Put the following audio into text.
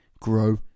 grow